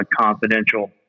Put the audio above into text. confidential